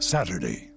Saturday